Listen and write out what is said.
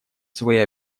свои